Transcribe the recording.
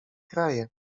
kraje